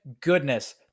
goodness